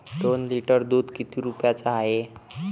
दोन लिटर दुध किती रुप्याचं हाये?